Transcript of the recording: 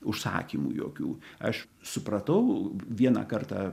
užsakymų jokių aš supratau vieną kartą